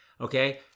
Okay